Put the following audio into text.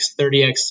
30x